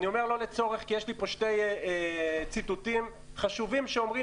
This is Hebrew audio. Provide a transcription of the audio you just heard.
אני אומר לא לצורך כי יש לי פה שני ציטוטים חשובים שאומרים